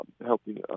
helping